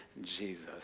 Jesus